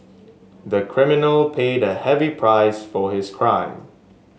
the criminal paid a heavy price for his crime